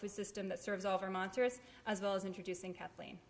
system that serves over monsters as well as introducing kathleen